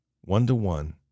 one-to-one